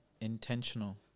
intentional